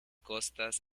costas